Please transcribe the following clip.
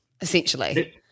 essentially